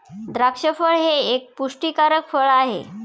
द्राक्ष फळ हे एक पुष्टीकारक फळ आहे